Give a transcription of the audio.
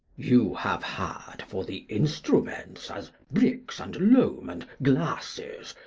you have had, for the instruments, as bricks, and lome, and glasses,